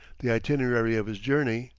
the itinerary of his journey,